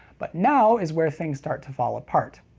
but now is where things start to fall apart.